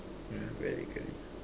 ya very curly